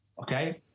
Okay